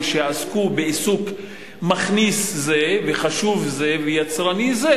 שיעסקו בעיסוק מכניס זה וחשוב זה ויצרני זה,